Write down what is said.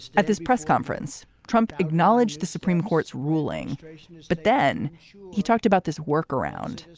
at this press conference trump acknowledged the supreme court's ruling, but then he talked about this workaround.